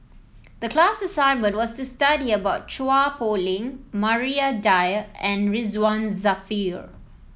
the class assignment was to study about Chua Poh Leng Maria Dyer and Ridzwan Dzafir